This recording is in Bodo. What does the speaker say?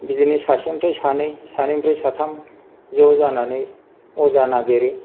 बिदिनो सासेनिफ्राय सानै सानैनिफ्राय साथाम ज' जानानै अजा नागिरो